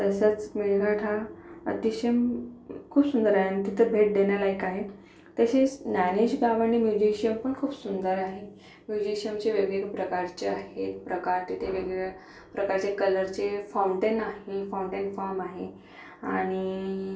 तसंच मेळघाट हा अतिशय खूप सुंदर आहे आणि तिथं भेट देण्यालायक आहे तसेच ज्ञानेश गाव आणि म्युझिक शो पण खूप सुंदर आहे म्युझिशमचे वेगवेगळे प्रकारचे आहेत प्रकार तिथे वेगवेगळे प्रकारचे कलरचे फाऊंटन आहे फाऊंटन फाम आहे आणि